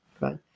right